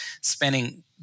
spending